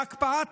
להקפאת הארנונה,